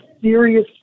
serious